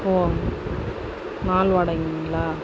ஓ நாள் வாடகைங்ளா